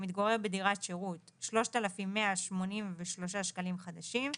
המתגורר בדירת שירות - 3,183 שקלים חדשים.